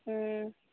ꯎꯝ